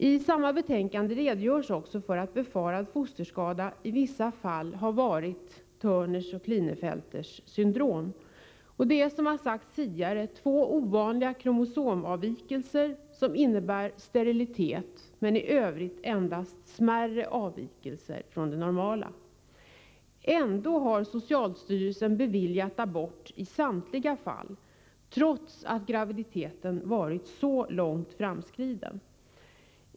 I samma betänkande redogörs också för att befarad fosterskada i vissa fall har varit Turners eller Klinefelters syndrom. Det är, som har sagts tidigare, två ovanliga kromosomavvikelser som innebär sterilitet men i övrigt endast smärre avvikelser från det normala. Ändå har socialstyrelsen beviljat abort i samtliga fall, trots att graviditeten varit så långt framskriden.